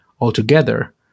altogether